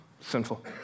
sinful